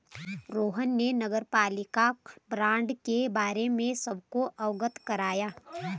रोहन ने नगरपालिका बॉण्ड के बारे में सबको अवगत कराया